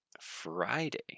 Friday